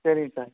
சரிங்க சார்